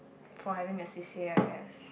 for having a C_C_A I guess